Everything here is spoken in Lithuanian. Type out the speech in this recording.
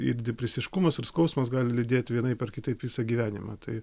ir depresiškumas ir skausmas gali lydėt vienaip ar kitaip visą gyvenimą tai